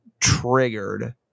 triggered